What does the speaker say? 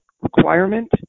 requirement